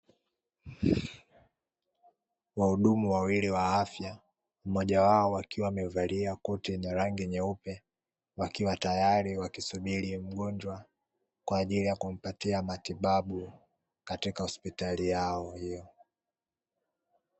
Wahudumu wawili wa afya mmoja wao akiwa amevalia koti lenye rangi nyeupe wakiwa tayari wakisubiri mgonjwa kwa ajili ya kumpatia matibabu katika hospitali yao hiyo.